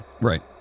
right